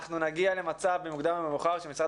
אנחנו נגיע למצב במוקדם או במאוחר שמשרד